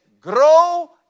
Grow